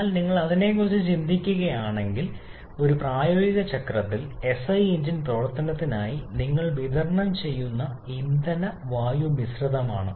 എന്നാൽ നിങ്ങൾ അതിനെക്കുറിച്ച് ചിന്തിക്കുകയാണെങ്കിൽ പ്രായോഗിക ചക്രം ഒരു എസ്ഐ എഞ്ചിൻ പ്രവർത്തനത്തിനായി നിങ്ങൾ വിതരണം ചെയ്യുന്ന ഒരു ഇന്ധന വായു മിശ്രിതമാണ്